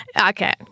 Okay